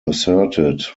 asserted